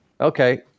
Okay